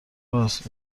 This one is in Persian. رآس